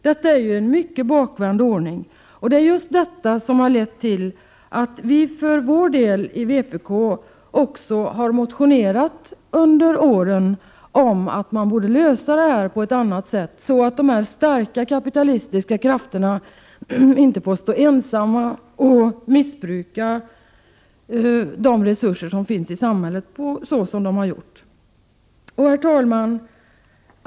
Det är ju en bakvänd ordning, och det är detta som har lett till att vi inom vpk under åren har motionerat om att saken borde lösas på ett annat sätt, så att dessa starka kapitalistiska krafter inte får stå ensamma och missbruka de resurser som finns i samhället så som de har gjort. Herr talman!